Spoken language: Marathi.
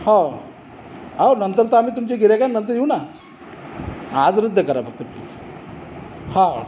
हो अहो नंतर तर आम्ही तुमचे गिराईक आहे नंतर येऊ ना आज रद्द कर फक्त प्लीज